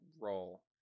role